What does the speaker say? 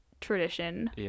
tradition